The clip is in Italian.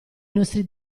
nostri